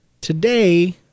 Today